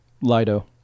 Lido